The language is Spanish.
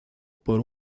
por